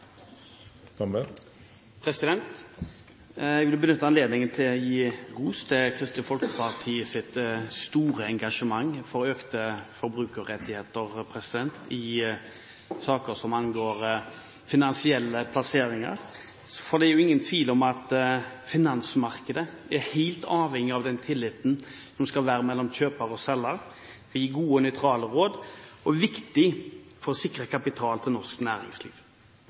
Jeg vil benytte anledningen til å gi ros til Kristelig Folkeparti for deres store engasjement for økte forbrukerrettigheter i saker som angår finansielle plasseringer. Det er jo ingen tvil om at finansmarkedet er helt avhengig av at kjøperen har tillit til at selgeren gir gode og nøytrale råd, og det er viktig for å sikre kapital til norsk næringsliv.